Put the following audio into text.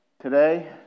today